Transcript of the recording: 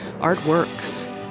Artworks